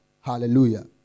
Hallelujah